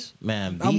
Man